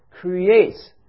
creates